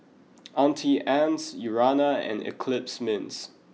auntie Anne's Urana and eclipse mints